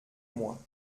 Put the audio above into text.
moi